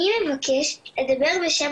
אני אבקש לדבר בשם